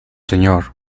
señor